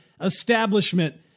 establishment